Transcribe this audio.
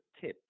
tip